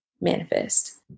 manifest